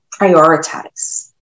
prioritize